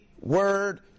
Word